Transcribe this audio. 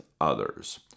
others